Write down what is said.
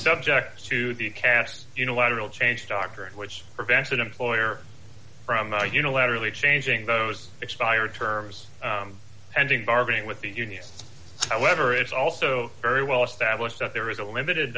subject to the cas unilateral change doctrine which prevents an employer from unilaterally changing those expired terms ending bargaining with the union however it's also very well established that there is a limited